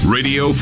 Radio